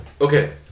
okay